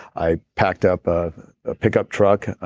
i packed up a pickup truck,